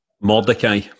Mordecai